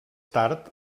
tard